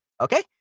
okay